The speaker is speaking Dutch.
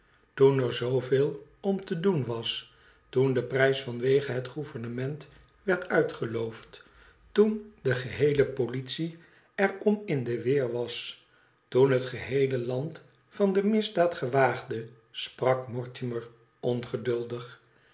itoen er zooveel om te doen was toen de prijs vanwege het gouvernement werd uitgeloofd toen de geheele politie er om in de weer was toen het geheele land van de misdaad gewaagde sprak mortimer ongeduldig